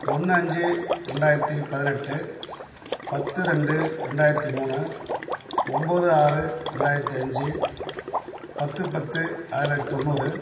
ஒன்று அஞ்சு ரெண்டாயிரத்தி பதினெட்டு பத்து ரெண்டு ரெண்டாயிரத்தி மூணு ஒம்பது ஆறு ரெண்டாயிரத்தி அஞ்சு பத்து பத்து ஆயிரத்தி தொள்ளாயிரத்தி தொண்ணூறு